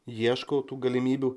ieško tų galimybių